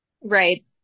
Right